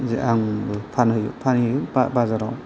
आंबो फानहैयो बाजाराव